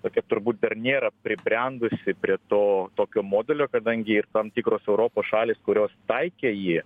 tokia turbūt dar nėra pribrendusi prie to tokio modelio kadangi ir tam tikros europos šalys kurios taikė jį